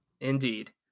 Indeed